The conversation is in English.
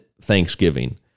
Thanksgiving